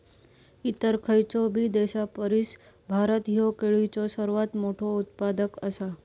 इतर खयचोबी देशापरिस भारत ह्यो केळीचो सर्वात मोठा उत्पादक आसा